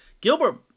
Gilbert